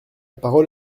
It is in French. parole